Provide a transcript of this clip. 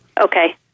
Okay